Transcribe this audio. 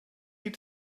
die